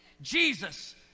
Jesus